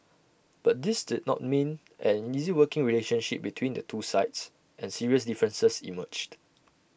but this did not mean an easy working relationship between the two sides and serious differences emerged